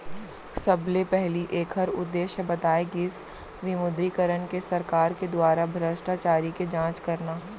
सबले पहिली ऐखर उद्देश्य बताए गिस विमुद्रीकरन के सरकार के दुवारा भस्टाचारी के जाँच करना